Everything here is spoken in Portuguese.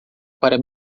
para